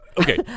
Okay